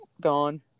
gone